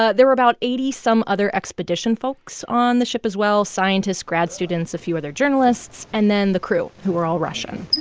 ah there were about eighty some other expedition folks on the ship as well scientists, grad students, a few other journalists, and then the crew, who were all russian